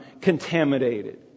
contaminated